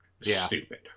stupid